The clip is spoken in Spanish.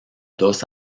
dos